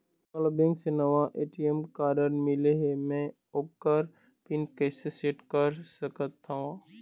मोला बैंक से नावा ए.टी.एम कारड मिले हे, म ओकर पिन कैसे सेट कर सकत हव?